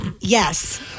Yes